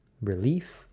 relief